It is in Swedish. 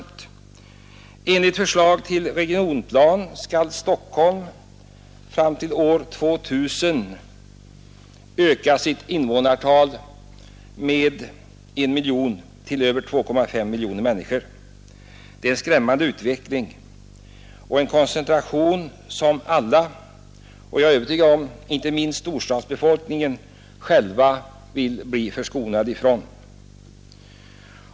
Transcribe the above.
Enligt förslag till regionplan skall Stockholm fram till år 2000 öka sitt invånarantal med 1 miljon till över 2,5 miljoner människor. Det är en skrämmande utveckling och en koncentration som alla, och — är jag övertygad om — inte minst storstadsbefolkningen själv, vill bli förskonade från.